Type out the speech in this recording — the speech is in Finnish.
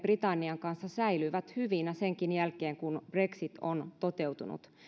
britannian kanssa säilyvät hyvinä senkin jälkeen kun brexit on toteutunut